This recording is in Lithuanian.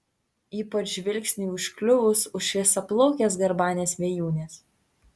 ypač žvilgsniui užkliuvus už šviesiaplaukės garbanės vėjūnės